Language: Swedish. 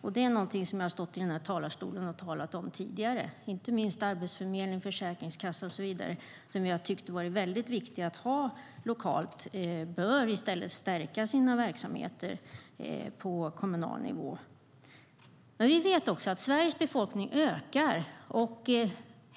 och det är någonting som jag har stått i den här talarstolen och talat om tidigare. Inte minst Arbetsförmedlingen, Försäkringskassan och så vidare, som jag har tyckt varit väldigt viktiga att ha lokalt, bör stärka sina verksamheter på kommunal nivå. Vi vet också att Sveriges befolkning ökar.